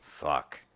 Fuck